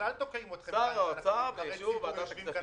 שר האוצר, באישור ועדת הכספים.